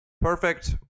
Perfect